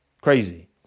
Crazy